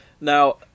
Now